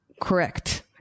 correct